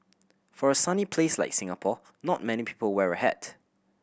for a sunny place like Singapore not many people wear a hat